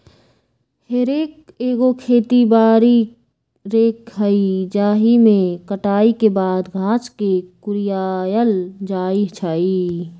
हे रेक एगो खेती बारी रेक हइ जाहिमे कटाई के बाद घास के कुरियायल जाइ छइ